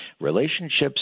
relationships